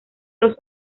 los